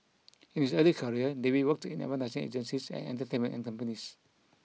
in his early career David worked in advertising agencies and entertainment companies